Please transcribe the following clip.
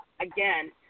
again